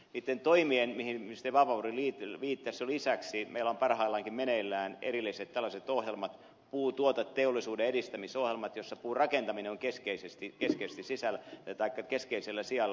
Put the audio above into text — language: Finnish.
niitten toimien mihin ministeri vapaavuori viittasi lisäksi meillä on parhaillaankin meneillään erillinen ohjelma puurakentamisen edistämisohjelma jossa puurakentaminen on keskeisellä sijalla